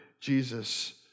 Jesus